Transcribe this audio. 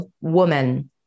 woman